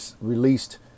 released